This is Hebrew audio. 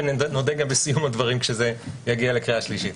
ונודה גם בסיום הדברים כשיגיע לקריאה שלישית.